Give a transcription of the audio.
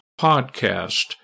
podcast